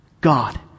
God